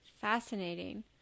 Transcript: Fascinating